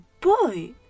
boy